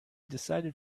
decided